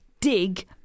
dig